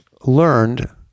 learned